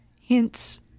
hints